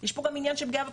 יש פה גם עניין של פרטיות,